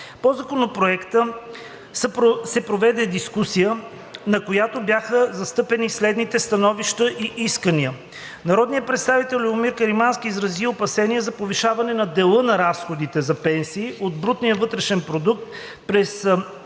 По Законопроекта са проведе дискусия, на която бяха застъпени следните становища и искания: Народният представител Любомир Каримански изрази опасения за повишаване на дела на разходите за пенсии от брутния вътрешен продукт през